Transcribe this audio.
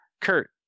kurt